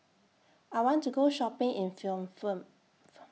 I want to Go Shopping in Phnom Penh